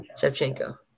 Shevchenko